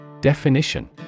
Definition